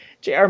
JR